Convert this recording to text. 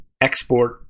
export